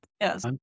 Yes